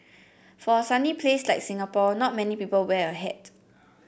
for a sunny place like Singapore not many people wear a hat